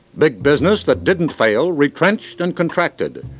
big business that didn't fail, retrenched and contracted.